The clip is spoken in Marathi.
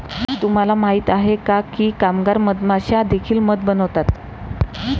तुम्हाला माहित आहे का की कामगार मधमाश्या देखील मध बनवतात?